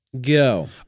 Go